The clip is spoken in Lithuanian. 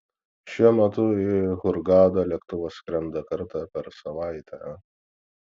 šiuo metu į hurgadą lėktuvas skrenda kartą per savaitę